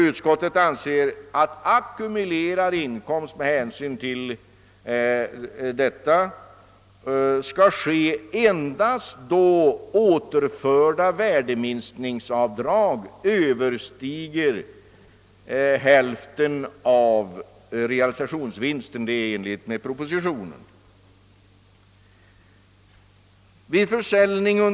Utskottet anser att förordningen om ackumulerad inkomst endast skall äga tillämpning om återvunna värdeminskningsavdrag överstiger hälften av realisationsvinsten — det är i enlighet med propositionens förslag.